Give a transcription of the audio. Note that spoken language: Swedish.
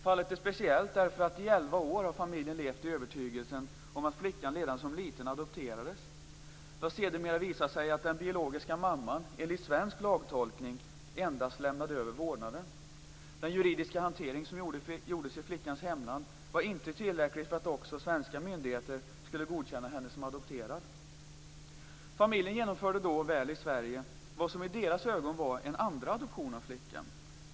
Fallet är speciellt, därför att i elva år har familjen levt i övertygelsen att flickan redan som liten adopterades. Det har sedermera visat sig att den biologiska mamman enligt svensk lagtolkning endast lämnade över vårdnaden. Den juridiska hantering som gjordes i flickans hemland var inte tillräcklig för att också svenska myndigheter skulle godkänna henne som adopterad. Familjen genomförde väl i Sverige vad som i deras ögon var en andra adoption av flickan.